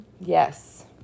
Yes